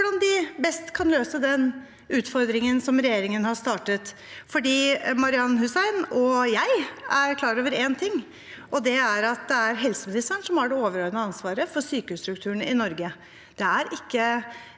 hvordan de best kan løse den utfordringen som regjeringen har startet. Representanten Marian Hussein og jeg er klar over en ting, og det er at det er helseministeren som har det overordnede ansvaret for sykehusstrukturen i Norge.